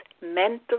mental